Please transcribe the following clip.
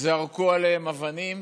זרקו עליהם אבנים,